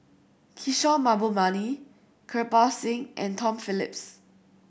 Kishore Mahbubani Kirpal Singh and Tom Phillips